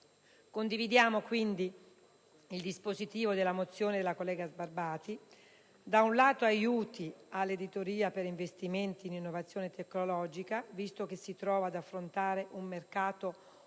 Condividiamo, quindi, il dispositivo della mozione della collega Sbarbati: da un lato, aiuti all'editoria per investimenti in innovazione tecnologica, visto che si trova ad affrontare un mercato molto